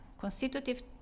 constitutive